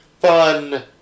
fun